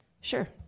Sure